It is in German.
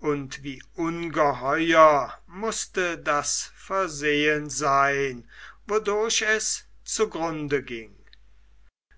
und wie ungeheuer mußte das versehen sein wodurch es zu grunde ging